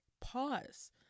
pause